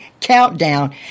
countdown